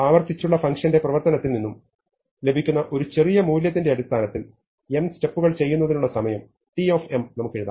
ആവർത്തിച്ചുള്ള ഫങ്ഷന്റെ പ്രവർത്തനത്തിൽ നിന്ന് ലഭിക്കുന്ന ഒരു ചെറിയ മൂല്യത്തിന്റെ അടിസ്ഥാനത്തിൽ m സ്റ്റെപ്പുകൾ ചെയ്യൂന്നതിനുള്ള സമയം t നമുക്ക് എഴുതാം